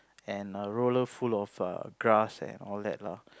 and a roller full of err grass and all that lah